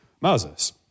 Moses